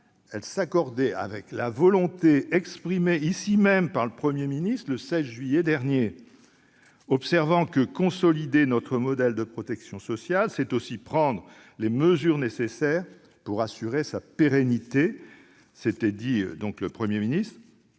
part, s'accordait avec la volonté exprimée ici même par le Premier ministre le 16 juillet dernier : faisant observer que, « consolider notre modèle de protection sociale, c'est aussi prendre les mesures nécessaires pour assurer sa pérennité », il a jugé nécessaire